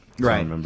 Right